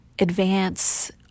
advance